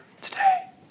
today